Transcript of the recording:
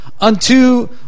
unto